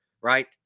right